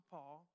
Paul